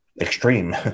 extreme